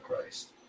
Christ